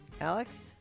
Alex